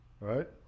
Right